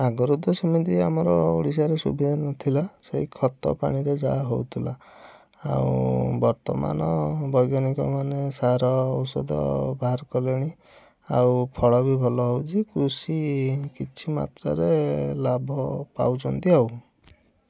ଆଗରୁ ତ ସେମିତି ଆମର ଓଡ଼ିଶାରେ ସୁବିଧା ନଥିଲା ସେଇ ଖତ ପାଣିରେ ଯାହା ହେଉଥିଲା ଆଉ ବର୍ତ୍ତମାନ ବୈଜ୍ଞାନିକମାନେ ସାର ଔଷଦ ବାହାର କଲେଣି ଆଉ ଫଳ ବି ଭଲ ହେଉଛି କୃଷି କିଛି ମାତ୍ରାରେ ଲାଭ ପାଉଛନ୍ତି ଆଉ